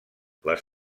les